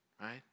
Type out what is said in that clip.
right